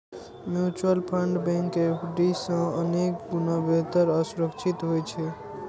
mutual fund bank FD सं अनेक गुणा बेहतर आ सुरक्षित होइ छै